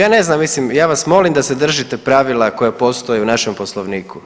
Ja ne znam, mislim, ja vas molim da se držite pravila koje postoje u našem Poslovniku.